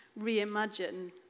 reimagine